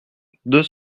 deux